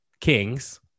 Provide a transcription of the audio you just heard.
kings